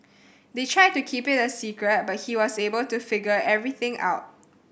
they tried to keep it a secret but he was able to figure everything out